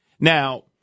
Now